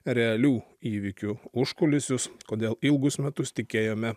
realių įvykių užkulisius kodėl ilgus metus tikėjome